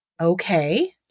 Okay